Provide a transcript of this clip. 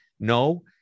No